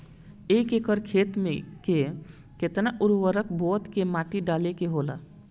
एक एकड़ खेत में के केतना उर्वरक बोअत के माटी डाले के होला?